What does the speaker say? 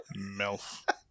Melf